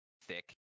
thick